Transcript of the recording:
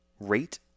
Rate